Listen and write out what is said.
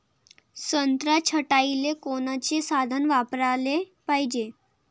संत्रा छटाईले कोनचे साधन वापराले पाहिजे?